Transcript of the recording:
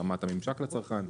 ברמת הממשק לצרכן.